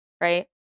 right